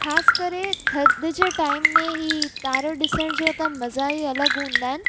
ख़ासि करे थधि जे टाईम में ई तारो ॾिसण जो त मज़ा ई अलॻि हूंदा आहिनि